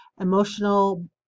Emotional